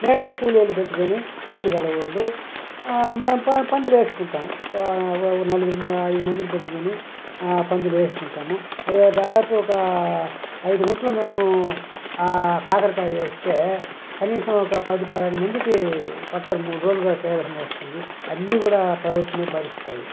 మేమే కూలోళ్ళని పెట్టుకుని చేయగలవాళ్ళు పందిరి వేసుకుంటాము ఒక నలుగురు అయిదు మందిని పెట్టుకుని పందిరి వేసుకుంటాము అదే దాదాపు ఒక అయిదు గుంట్లు మేము కాకరకాయ వేస్తే కనీసం ఒక పది పదిహేను మందికి పడతుంది మూడు రోజులు కూడా చెయ్యాల్సి వస్తుంది అన్నీ కూడా ప్రభుత్వమే భరిస్తుంది